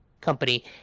company